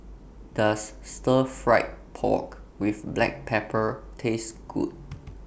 Does Stir Fried Pork with Black Pepper Taste Good